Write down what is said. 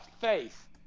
faith